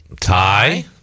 tie